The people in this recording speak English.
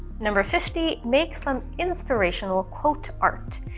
number fifty make some inspirational quote art.